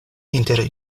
inter